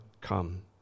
come